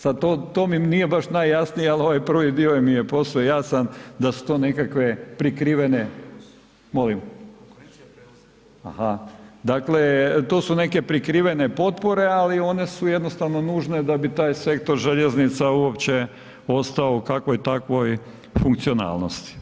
Sad to mi nije baš najjasnije ali ovaj prvi dio mi je posve jasan da su to nekakve prikrivene… … [[Upadica sa strane, ne razumije se.]] Molim? … [[Upadica sa strane, ne razumije se.]] Aha, dakle, to su neke prikrivene potpore ali one su jednostavno nužne da bi taj sektor željeznica uopće ostao u kakvoj takvoj funkcionalnosti.